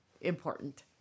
Important